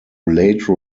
late